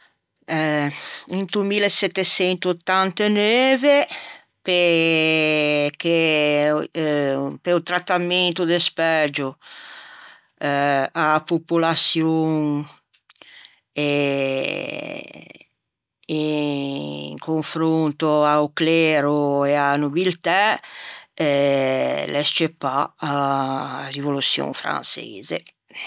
Eh into millesetteçentottanteneuve perché pe-o trattamento despægio a-a popolaçion e in confronto a-o clero e a nobiltæ l'é scceuppâ a rivoluçion franseise